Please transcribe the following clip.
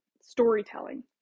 storytelling